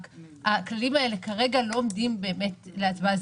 רק שהכללים האלה כרגע לא עומדים באמת להצבעה.